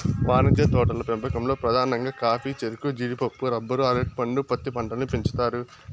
వాణిజ్య తోటల పెంపకంలో పధానంగా కాఫీ, చెరకు, జీడిపప్పు, రబ్బరు, అరటి పండు, పత్తి పంటలను పెంచుతారు